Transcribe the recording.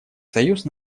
союз